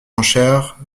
enchères